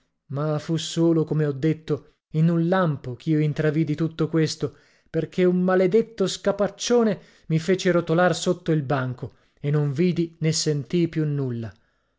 ma fu solo come ho detto in un lampo ch'io intravidi tutto questo perché un maledetto scapaccione mi fece rotolar sotto il banco e non vidi né sentii più nulla